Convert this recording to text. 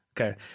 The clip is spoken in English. Okay